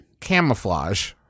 Camouflage